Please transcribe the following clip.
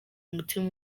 umutima